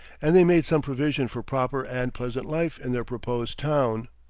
and they made some provision for proper and pleasant life in their proposed town.